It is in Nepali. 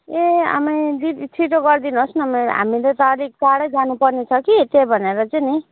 ए आमै छि छिटो गरिदिनु होस् न मेरो हामीले त अलिक टाढो जान पर्ने छ कि त्यही भनेर चाहिँ नि